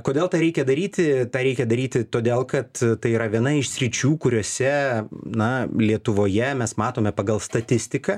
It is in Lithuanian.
kodėl tą reikia daryti tą reikia daryti todėl kad tai yra viena iš sričių kuriose na lietuvoje mes matome pagal statistiką